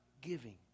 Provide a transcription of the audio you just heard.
giving